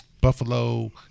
buffalo